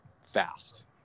fast